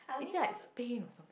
it's at Spain or something